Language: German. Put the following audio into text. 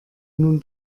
nun